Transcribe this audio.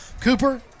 Cooper